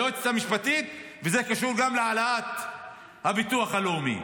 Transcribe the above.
וזה קשור גם להעלאת הביטוח הלאומי.